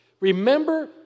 Remember